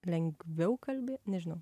lengviau kalbė nežinau